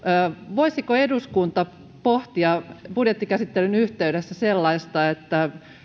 voisiko eduskunta pohtia budjettikäsittelyn yhteydessä sellaista että